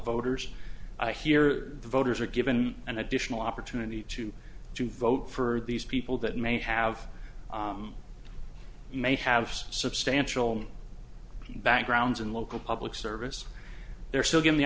voters here the voters are given an additional opportunity to do vote for these people that may have may have substantial backgrounds and local public service they're still given the